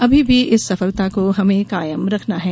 अभी भी इस सफलता को हमे कायम रखना है